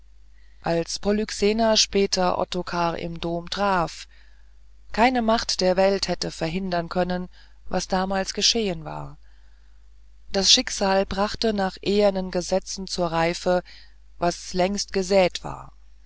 als polyxena später ottokar im dom traf keine macht der welt hätte verhindern können was damals geschehen war das schicksal brachte nach ehernen gesetzen zur reife was längst gesät war